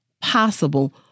possible